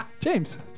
James